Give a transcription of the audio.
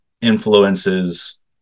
influences